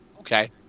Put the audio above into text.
Okay